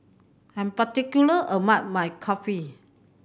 I'm particular about my Kulfi